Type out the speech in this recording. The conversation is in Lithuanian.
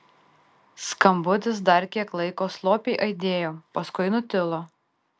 skambutis dar kiek laiko slopiai aidėjo paskui nutilo